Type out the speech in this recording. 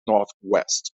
northwest